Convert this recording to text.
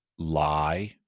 lie